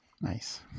Nice